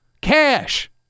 Cash